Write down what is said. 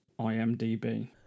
imdb